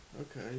Okay